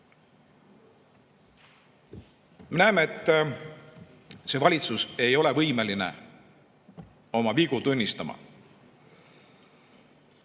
Me näeme, et see valitsus ei ole võimeline oma vigu tunnistama.